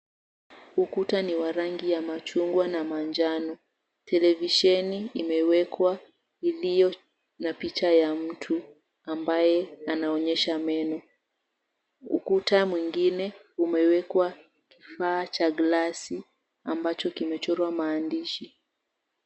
Ukuta ni wa rangi ya machungwa na manjano. Televisheni imewekwa iliyona picha ya mtu ambaye anaonyesha meno. Ukuta mwingine umewekwa kifaa cha glasi ambacho kimechorwa maandishi.